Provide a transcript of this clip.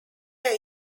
area